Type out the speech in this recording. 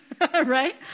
Right